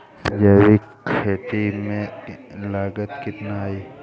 जैविक खेती में लागत कितना आई?